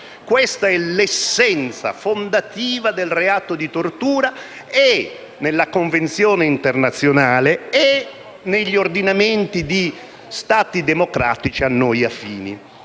Questa è l'essenza fondativa del reato di tortura, sia nella Convenzione internazionale, sia negli ordinamenti di Stati democratici a noi affini.